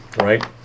right